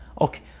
Okay